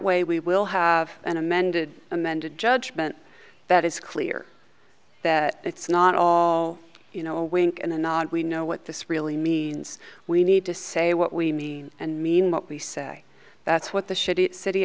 way we will have an amended amended judgement that is clear that it's not all you know a wink and a nod we know what this really means we need to say what we mean and mean what we say that's what the